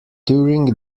during